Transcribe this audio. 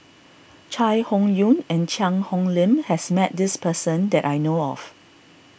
Chai Hon Yoong and Cheang Hong Lim has met this person that I know of